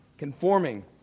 Conforming